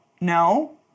No